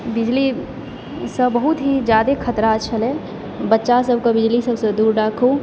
बिजलीसँ बहुत ही जादे खतरा छलय बच्चा सभकऽ बिजली सभसँ दूर राखु